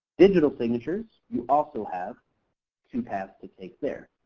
digital signatures, you also have two paths to take there.